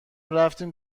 رفتیم